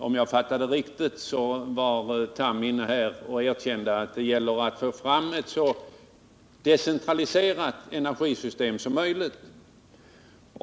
Om jag fattade riktigt så erkände Carl Tham här att det gäller att få fram ett så decentraliserat energisystem som möjligt.